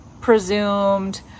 presumed